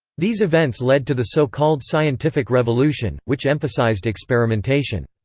these events led to the so-called scientific revolution, which emphasized experimentation.